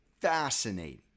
Fascinating